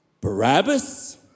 Barabbas